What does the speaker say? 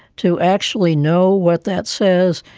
to actually know what that says,